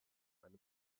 eine